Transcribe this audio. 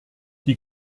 die